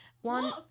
One